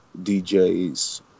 DJs